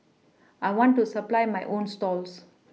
I want to supply my own stalls